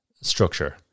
structure